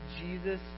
Jesus